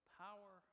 power